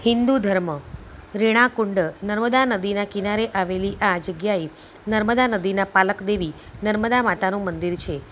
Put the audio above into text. હિન્દુ ધર્મ રેણાં કુંડ નર્મદા નદીના કિનારે આવેલી આ જગ્યાએ નર્મદા નદીના પાલક દેવી નર્મદા માતાનું મંદિર છે